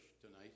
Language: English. tonight